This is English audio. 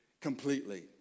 completely